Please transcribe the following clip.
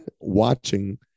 watching